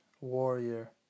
warrior